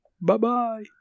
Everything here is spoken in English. Bye-bye